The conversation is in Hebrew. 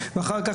ואחר-כך,